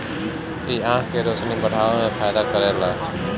इ आंखी के रोशनी बढ़ावे में फायदा करेला